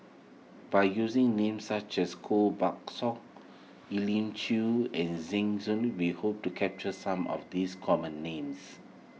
by using names such as Koh Buck Song Elim Chew and Zeng we hope to capture some of these common names